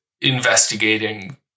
investigating